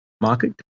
market